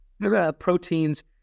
proteins